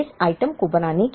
इस आइटम को बनाने के लिए